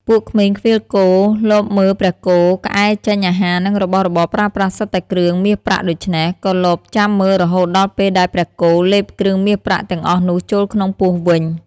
ពួកក្មេងឃ្វាលគោលបមើលព្រះគោក្អែចេញអាហារនិងរបស់របរប្រើប្រាស់សុទ្ធតែគ្រឿងមាសប្រាក់ដូច្នេះ ក៏លបចាំមើលរហូតដល់ពេលដែលព្រះគោលេបគ្រឿងមាសប្រាក់ទាំងអស់នោះចូលក្នុងពោះវិញ ។